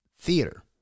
theater